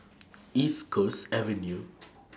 East Coast Avenue